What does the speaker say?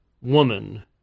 woman